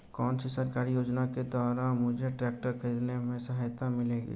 कौनसी सरकारी योजना के द्वारा मुझे ट्रैक्टर खरीदने में सहायता मिलेगी?